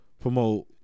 Promote